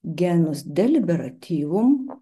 genus delibirativum